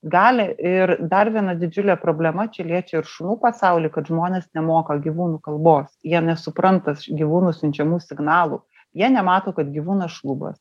gali ir dar viena didžiulė problema čia liečia ir šunų pasaulį kad žmonės nemoka gyvūnų kalbos jie nesupranta gyvūnų siunčiamų signalų jie nemato kad gyvūnas šlubas